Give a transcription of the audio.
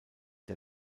der